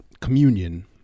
Communion